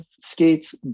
skates